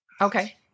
Okay